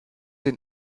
den